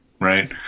right